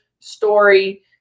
Story